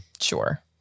Sure